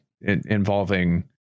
involving